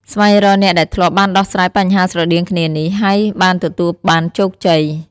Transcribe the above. ស្វែងរកអ្នកដែលធ្លាប់បានដោះស្រាយបញ្ហាស្រដៀងគ្នានេះ ហើយបានទទួលបានជោគជ័យ។